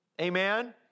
Amen